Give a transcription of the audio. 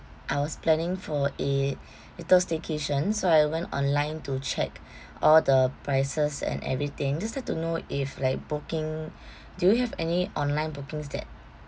I was planning for a little staycation so I went online to check all the prices and everything just like to know if like booking do you have any online bookings that